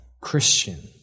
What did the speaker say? Christian